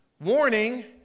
Warning